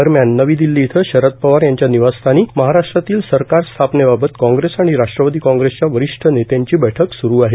दरम्यान नवी दिल्ली इथं शरद पवार यांच्या निवासस्थानी महाराष्ट्रातील सरकार स्थापनेबाबत काँग्रेस आणि राष्ट्रवादी काँग्रेसच्या वरिष्ठ नेत्यांची बैठक सुरू आहे